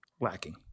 lacking